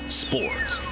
sports